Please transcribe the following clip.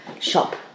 shop